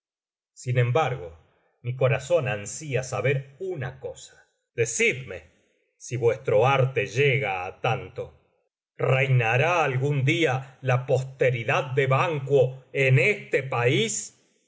sin embargo mi corazón ansia saber una cosa decidme si vuestro arte llega á tanto reinará algún día la posteridad de banquo en este país